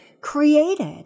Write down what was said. created